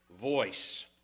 voice